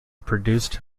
produced